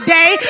day